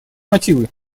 мотивы